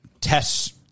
tests